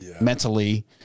mentally